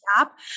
app